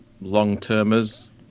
long-termers